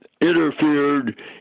interfered